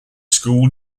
school